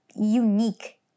unique